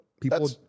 People